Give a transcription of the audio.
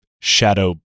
shadow